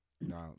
No